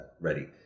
ready